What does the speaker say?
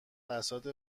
بساط